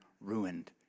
ruined